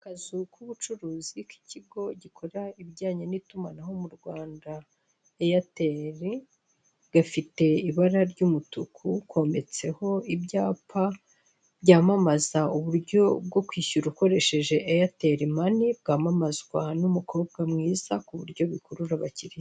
Akazu ku bucuruzi ki kigo gikora ibijyanye n'itumanaho mu Rwanda Airtel ,gafite ibara ry'umutuku kometseho ibyapa by'amamaza uburyo bwo kwishyura ukoresheje Airtel mani bwa mamazwa n'umukobwa mwiza kuburyo bikurura abakiriya.